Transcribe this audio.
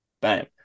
Bam